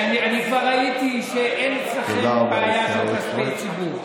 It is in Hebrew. אני כבר ראיתי שאין אצלכם בעיה של כספי ציבור.